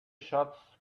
shots